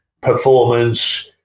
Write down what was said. performance